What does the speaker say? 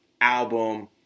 album